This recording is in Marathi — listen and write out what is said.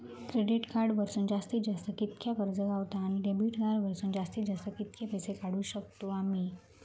क्रेडिट कार्ड वरसून जास्तीत जास्त कितक्या कर्ज गावता, आणि डेबिट कार्ड वरसून जास्तीत जास्त कितके पैसे काढुक शकतू आम्ही?